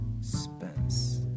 Spence